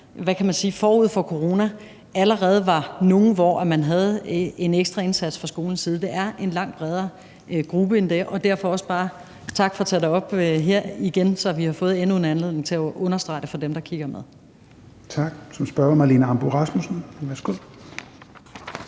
hvad kan man sige, forud for corona allerede var nogle, man fra skolens side havde en ekstra indsats over for. Det er en langt bredere gruppe end det. Så derfor også tak for at tage det op her igen, så vi har fået endnu en anledning til at understrege det for dem, der kigger med. Kl. 16:52 Tredje næstformand (Rasmus Helveg